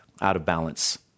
out-of-balance